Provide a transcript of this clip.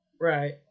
Right